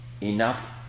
enough